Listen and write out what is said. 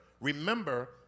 Remember